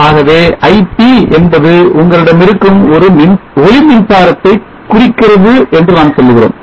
ஆகவே Ip என்பது உங்களிடமிருக்கும் ஒளி மின்சாரத்தை குறிக்கிறது என்று நாம் சொல்கிறோம்